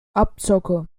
abzocke